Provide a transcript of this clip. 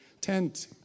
tent